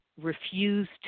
refused